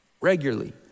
regularly